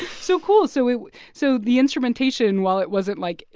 so cool so we so the instrumentation, while it wasn't, like,